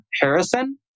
Harrison